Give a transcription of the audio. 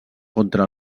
contra